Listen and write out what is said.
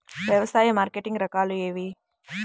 వ్యవసాయ మార్కెటింగ్ రకాలు ఏమిటి?